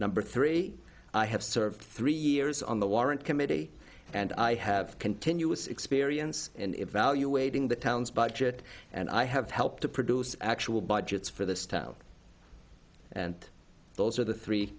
number three i have served three years on the warrant committee and i have continuous experience and evaluating the town's budget and i have helped to produce actual budgets for this town and those are the three